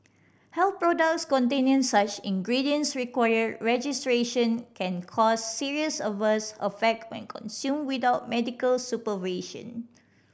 health products containing such ingredients require registration can cause serious adverse affect when consumed without medical supervision